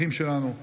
אחים שלנו,